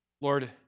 Lord